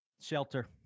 shelter